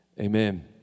amen